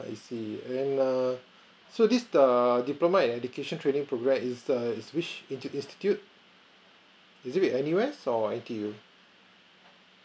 I see and err so this the diploma in education training program is a is which insti~ institute is it anywhere or N_T_U